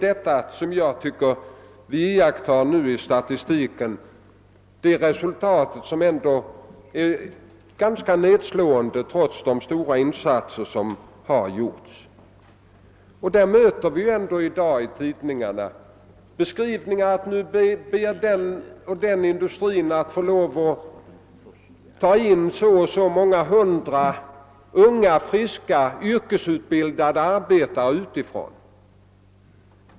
Men trots de stora insatser som gjorts är det resultat som framgår av statistiken ganska nedslående. Vi läser i tidningarna redogörelser för hur den och den industrin ber att få ta in så och så många hundra unga, friska yrkesutbildade arbetare utifrån.